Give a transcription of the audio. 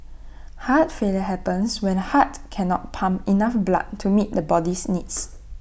heart failure happens when the heart cannot pump enough blood to meet the body's needs